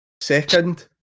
second